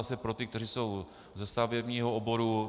Zase pro ty, kteří jsou ze stavebního oboru.